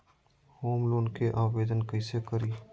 Home loan के आवेदन कैसे करि?